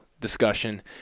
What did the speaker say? discussion